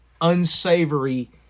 unsavory